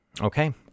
Okay